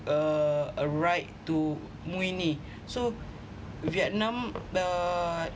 uh a ride to mui ne so vietnam uh